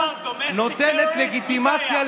נותנת לגיטימציה,